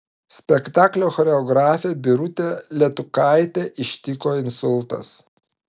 spektaklio choreografę birutę letukaitę ištiko insultas